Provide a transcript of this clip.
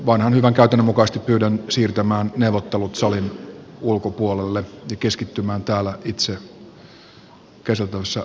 vanhan hyvän käytännön mukaisesti pyydän siirtämään neuvottelut salin ulkopuolelle ja keskittymään täällä itse käsiteltävässä olevaan asiaan